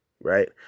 right